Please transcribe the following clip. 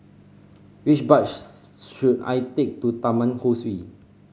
which bus should I take to Taman Ho Swee